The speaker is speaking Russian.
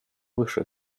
выше